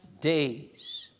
days